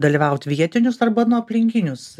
dalyvaut vietinius arba nu aplinkinius